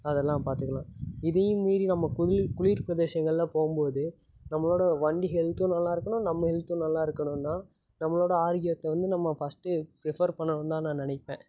அதெல்லாம் பார்த்துக்கலாம் இதையும் மீறி நம்ம குளி குளிர் பிரதேசங்கள்ல போகும் போது நம்மளோடய வண்டி ஹெல்த்தும் நல்லாயிருக்கணும் நம்ம ஹெல்த்தும் நல்லாயிருக்கணுன்னா நம்மளோடய ஆரோக்கியத்தை வந்து நம்ம ஃபர்ஸ்ட்டே ப்ரிஃபர் பண்ணணும் தான் நான் நினைப்பேன்